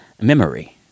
memory